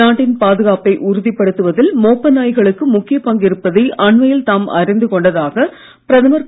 நாட்டின் பாதுகாப்பை உறுதிப் படுத்துவதில் மோப்ப நாய்களுக்கு முக்கிய பங்கு இருப்பதை அண்மையில் தாம் அறிந்து கொண்டதாக பிரதமர் திரு